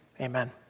amen